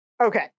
Okay